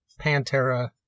Pantera